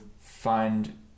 find